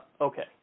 Okay